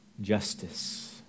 justice